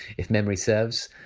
if memory serves,